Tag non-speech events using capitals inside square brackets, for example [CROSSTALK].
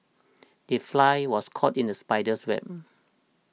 the fly was caught in the spider's web [NOISE]